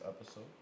episode